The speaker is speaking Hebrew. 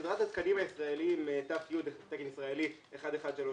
סדרת התקנים הישראליים, ת"י תקן ישראלי 1139,